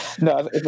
No